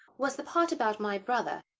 was the part about my brother.